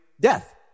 death